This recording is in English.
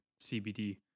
cbd